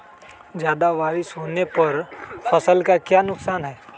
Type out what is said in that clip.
ज्यादा बारिस होने पर फसल का क्या नुकसान है?